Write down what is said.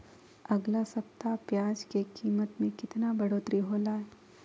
अगला सप्ताह प्याज के कीमत में कितना बढ़ोतरी होलाय?